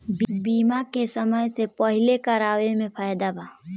बीमा के समय से पहिले करावे मे फायदा बा